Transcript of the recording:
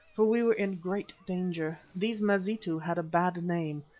for we were in great danger. these mazitu had a bad name,